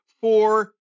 four